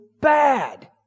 bad